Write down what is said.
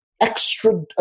extra